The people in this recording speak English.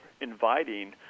inviting